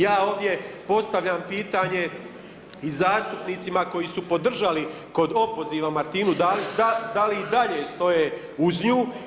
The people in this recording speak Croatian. Ja ovdje postavljam pitanje i zastupnicima koji su podržali kod opoziva Martinu Dalić da li i dalje stoje uz nju.